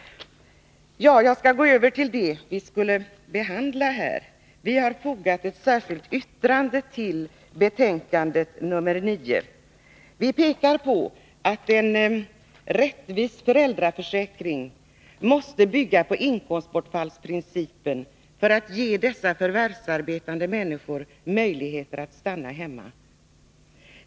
Jag skall gå över till det som vi skulle behandla här. Vi har fogat ett särskilt yttrande till betänkande 9. Det pekar på att en rättvis föräldraförsäkring måste bygga på inkomstbortfallsprincipen för att ge förvärvsarbetande människor möjlighet att stanna hemma.